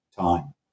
time